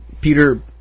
Peter